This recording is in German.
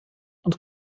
und